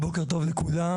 בוקר טוב לכולם,